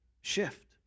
shift